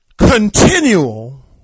continual